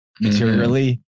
materially